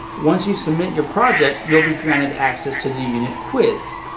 once you submit your project, you will be granted access to the unit quiz.